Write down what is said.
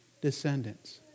descendants